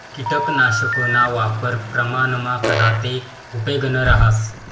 किटकनाशकना वापर प्रमाणमा करा ते उपेगनं रहास